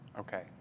Okay